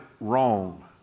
wrong